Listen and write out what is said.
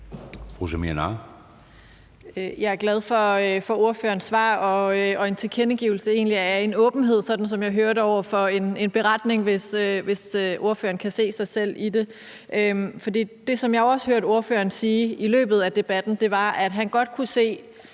Jeg er glad for ordførerens svar, og at der egentlig også er en tilkendegivelse af en åbenhed, sådan som jeg hører det, over for en beretning, hvis ordføreren kan se sig selv i det. For det, som jeg også hørte ordføreren sige i løbet af debatten, var, at han godt kunne se,